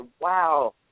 wow